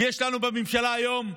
כי יש לנו בממשלה היום,